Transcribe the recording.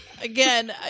again